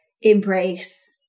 embrace